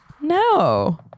no